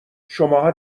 شماها